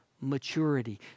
maturity